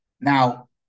Now